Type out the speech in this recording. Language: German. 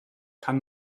kann